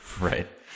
right